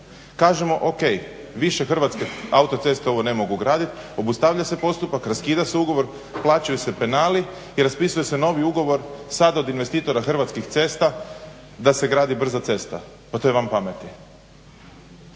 kažemo o.k. Više Hrvatske autoceste ovo ne mogu graditi, obustavlja se postupak, raskida se ugovor, plaćaju se penali i raspisuje se novi ugovor sad od investitora Hrvatskih cesta da se gradi brza cesta. Pa to je van pameti!